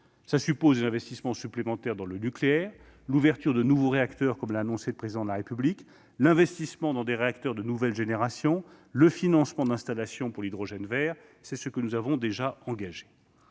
Cela suppose des investissements supplémentaires dans le nucléaire, avec l'ouverture de nouveaux réacteurs, comme l'a annoncé le Président de la République, l'investissement dans des réacteurs de nouvelle génération, le financement d'installations pour l'hydrogène vert, toutes choses que nous avons déjà engagées.